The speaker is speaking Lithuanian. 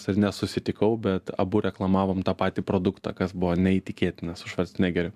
ir nesusitikau bet abu reklamavom tą patį produktą kas buvo neįtikėtina su švarcnegeriu